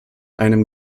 einem